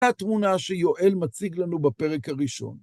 התמונה שיואל מציג לנו בפרק הראשון.